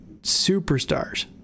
superstars